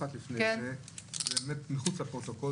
אנחנו בתור מחוקקים,